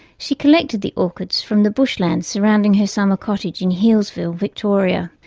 she collected the orchids from the bushland surrounding her summer cottage in healesville, victoria,